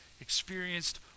experienced